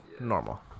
normal